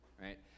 right